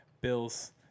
Bills